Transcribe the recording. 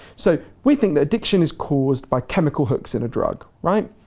so, we think that addiction is caused by chemical hooks in a drug, right?